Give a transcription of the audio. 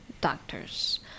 doctors